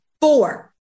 Four